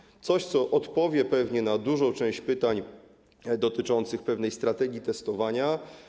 Przejdę do czegoś, co odpowie pewnie na dużą część pytań dotyczących pewnej strategii testowania.